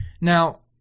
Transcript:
Now